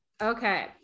Okay